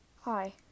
hi